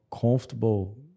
comfortable